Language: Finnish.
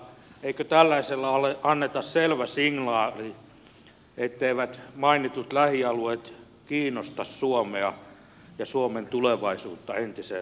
eikö tällaisella anneta selvä signaali etteivät mainitut lähialueet kiinnosta suomea ja suomen tulevaisuutta entiseen tapaan